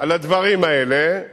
על הדברים האלה,